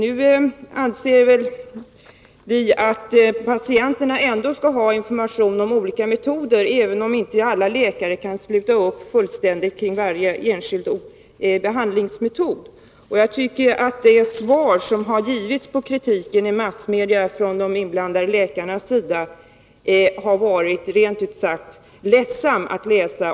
Men vi anser att patienterna ändå skall ha information om olika metoder, även om inte alla läkare kan sluta upp fullständigt kring varje enskild behandlingsmetod. Jag tycker att det svar på kritiken som givits i massmedia från de inblandade läkarnas sida rent ut sagt har varit ledsamt att läsa.